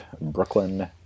Brooklyn